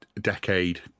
decade